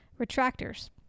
Retractors